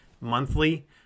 monthly